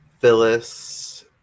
Phyllis